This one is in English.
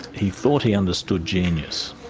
he thought he understood genius,